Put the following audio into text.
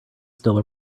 still